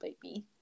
baby